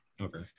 Okay